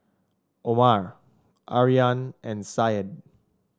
Omar Aryan and Said